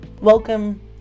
Welcome